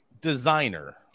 designer